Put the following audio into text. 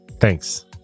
Thanks